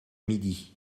midi